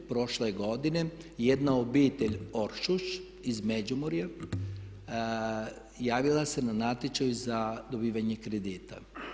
Prošle godine jedna obitelj Oršuš iz Međimurja javila se na natječaj za dobivanje kredita.